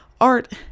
art